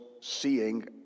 seeing